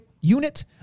unit